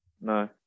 No